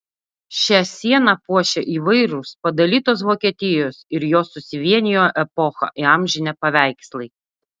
šią sieną puošia įvairūs padalytos vokietijos ir jos susivienijimo epochą įamžinę paveikslai